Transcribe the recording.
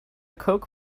coke